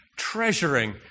Treasuring